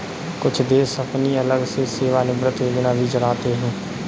कुछ देश अपनी अलग से सेवानिवृत्त योजना भी चलाते हैं